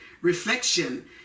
reflection